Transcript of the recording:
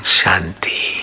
shanti